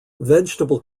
vegetable